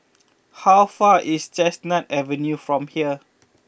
how far is Chestnut Avenue from here